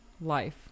life